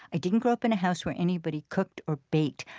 i didn't grow up in a house where anybody cooked or baked,